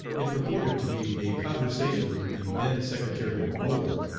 it purported to be a conversation with the then secretary of war,